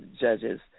judges